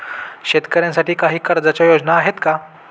शेतकऱ्यांसाठी काही कर्जाच्या योजना आहेत का?